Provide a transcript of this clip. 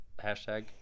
hashtag